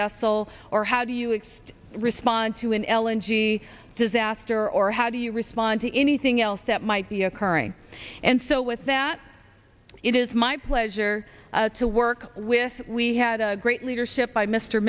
vessel or how do you expect respond to an elegy disaster or how do you respond to anything else that might be occurring and so with that it is my pleasure to work with we had a great leadership by mr